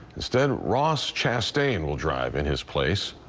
instead, ross chastain will drive in his place.